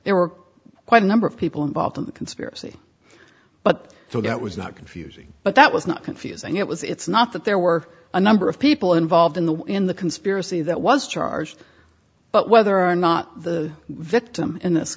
there were quite a number of people involved in the conspiracy but so that was not confusing but that was not confusing it was it's not that there were a number of people involved in the in the conspiracy that was charged but whether or not the victim in this